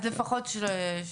אז לפחות שלושה.